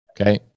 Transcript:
Okay